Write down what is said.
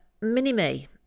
Mini-Me